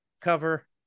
Cover